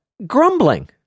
Grumbling